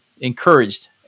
encouraged